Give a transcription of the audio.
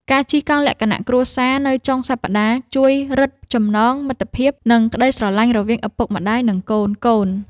ការជិះកង់លក្ខណៈគ្រួសារនៅចុងសប្ដាហ៍ ជួយរឹតចំណងមិត្តភាព និងក្ដីស្រឡាញ់រវាងឪពុកម្ដាយ និងកូនៗ។